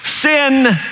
Sin